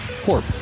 Corp